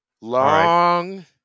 Long